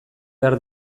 behar